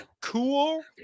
cool